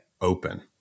open